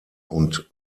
und